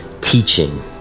teaching